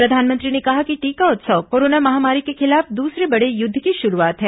प्रधानमंत्री ने कहा कि टीका उत्सव कोरोना महामारी के खिलाफ दूसरे बड़े युद्ध की शुरूआत है